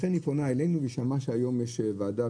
לכן היא פונה אלינו והיא שמעה שהיום יש ועדה.